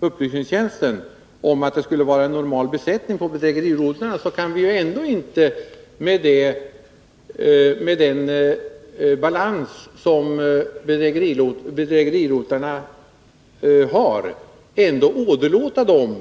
upplysningstjänsten om att det skulle vara normal besättning på bedrägerirotlarna kan man ändå inte — med den balans som dessa rotlar har — åderlåta dem.